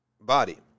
body